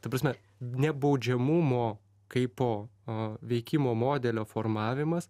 ta prasme nebaudžiamumo kaipo veikimo modelio formavimas